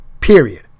period